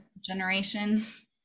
generations